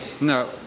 No